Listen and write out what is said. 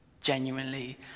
genuinely